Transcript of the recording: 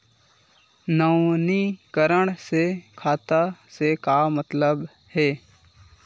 नवीनीकरण से खाता से का मतलब हे?